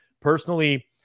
personally